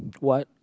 what